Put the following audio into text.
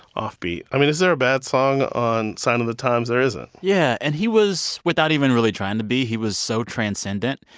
offbeat. i mean, is there a bad song on sign o' the times? there isn't yeah. and he was without even really trying to be he was so transcendent.